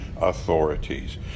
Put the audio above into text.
authorities